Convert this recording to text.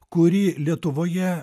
kuri lietuvoje